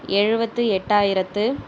எழுபத்து எட்டாயிரத்து